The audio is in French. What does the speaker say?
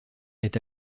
est